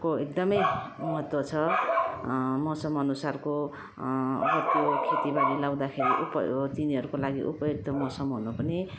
को एकदमै महत्त्व छ मौसम अनुसारको अब त्यो खेतीबाली लगाउँदाखेरि उप हो तिनीहरूको लागि उपयुक्त मौसम हुनु पनि